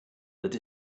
that